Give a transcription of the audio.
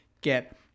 get